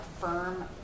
firm